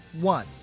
One